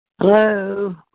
Hello